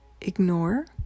ignore